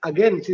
Again